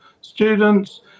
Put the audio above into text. students